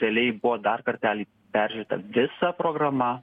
realiai buvo dar kartelį peržiūrėta visa programa